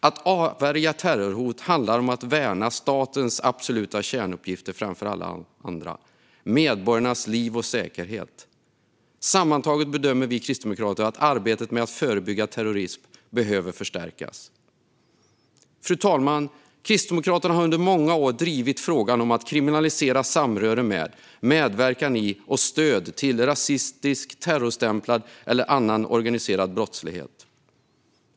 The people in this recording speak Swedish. Att avvärja terrorhot handlar om att värna statens absoluta kärnuppgifter framför alla andra: medborgarnas liv och säkerhet. Sammantaget bedömer vi kristdemokrater att arbetet med att förebygga terrorism behöver förstärkas. Fru talman! Kristdemokraterna har under många år drivit frågan om att kriminalisera samröre med, medverkan i och stöd till rasistisk, terrorstämplad eller annan organiserad brottslighet.